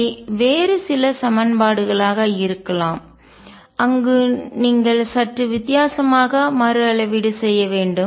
அவை வேறு சில சமன்பாடுகளாக இருக்கலாம் அங்கு நீங்கள் சற்று வித்தியாசமாக மறுஅளவீடு செய்ய வேண்டும்